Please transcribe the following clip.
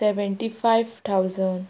seventy five thousand